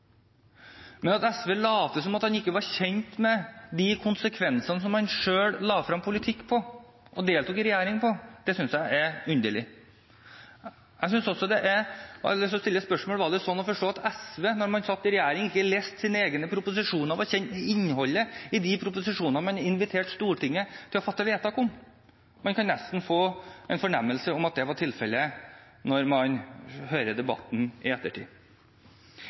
Men at SV later som om man ikke var kjent med konsekvensene av det man selv la frem politikk på og deltok i regjering på, synes jeg er underlig. Jeg har lyst til å stille spørsmålet: Er det sånn å forstå at SV da man satt i regjering, ikke leste sine egne proposisjoner og ikke var kjent med innholdet i de proposisjoner man inviterte Stortinget til å fatte vedtak på grunnlag av? Man kan nesten få en fornemmelse av at det var tilfellet når man hører debatten i ettertid.